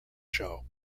show